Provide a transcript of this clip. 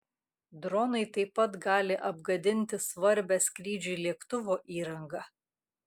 dronai taip pat gali apgadinti svarbią skrydžiui lėktuvo įrangą